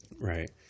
right